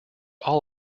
all